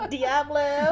Diablo